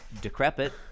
decrepit